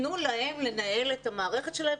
תנו להם לנהל את המערכת שלהם,